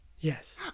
yes